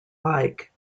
like